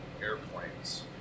airplanes